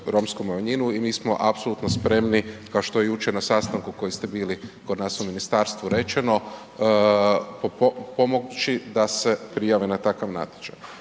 romsku manjinu i mi smo apsolutno spremni kao što je jučer na sastanku na kojem ste bili kod nas u ministarstvu rečeno, pomoći da se prijavi na takav natječaj.